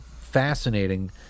fascinating